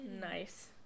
Nice